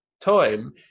time